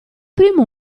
primo